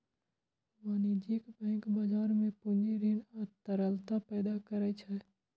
वाणिज्यिक बैंक बाजार मे पूंजी, ऋण आ तरलता पैदा करै छै